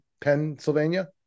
Pennsylvania